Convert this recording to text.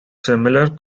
similar